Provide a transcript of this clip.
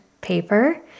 paper